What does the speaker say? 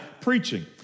preaching